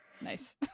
Nice